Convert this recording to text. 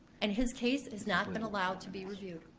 and his case has not been allowed to be reviewed,